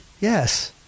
Yes